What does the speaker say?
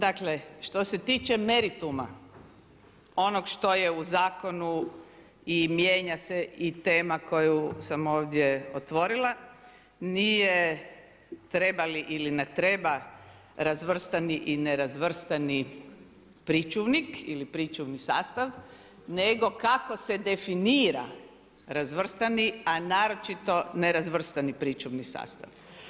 Dakle, što se tiče merituma, onog što je u zakonu i mijenja se i tema koju sam ovdje otvorila, nije treba li ili ne treba razvrstani i nerazvrstani pričuvnik ili pričuvni sastav nego kako se definira razvrstavani a naročito nerazvrstani pričuvni sastav.